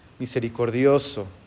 misericordioso